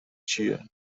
چیه